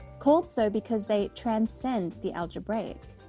called so because they transcend the algebraic.